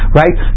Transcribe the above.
right